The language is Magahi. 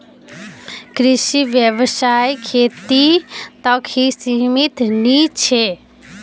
कृषि व्यवसाय खेती तक ही सीमित नी छे